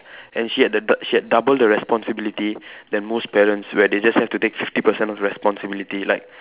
and she had the d she had double the responsibility then most parents where they just have to take fifty percent of the responsibility like